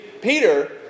Peter